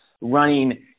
running